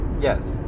Yes